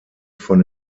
von